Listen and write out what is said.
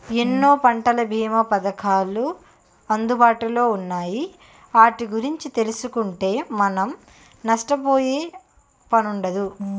ఎన్నో పంటల బీమా పధకాలు అందుబాటులో ఉన్నాయి ఆటి గురించి తెలుసుకుంటే మనం నష్టపోయే పనుండదు